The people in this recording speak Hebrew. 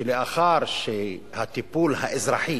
שלאחר הטיפול האזרחי